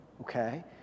Okay